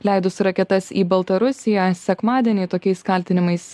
leidus raketas į baltarusiją sekmadienį tokiais kaltinimais